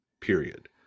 Period